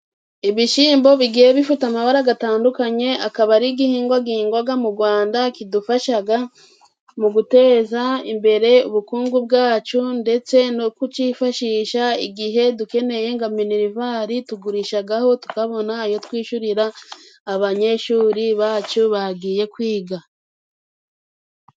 Ibishyimbo bigiye bifite amabara gatandukanye， akaba ari igihingwa gihingwa mu Rwanda，kidufasha mu guteza imbere ubukungu bwacu， ndetse no kukifashisha igihe dukeneye nka minerivari tugurishaho，tukabona ayo twishyurira abanyeshuri bacu bagiye kwiga.